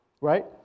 right